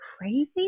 crazy